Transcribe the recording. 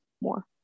more